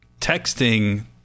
texting